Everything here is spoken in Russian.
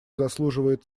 заслуживает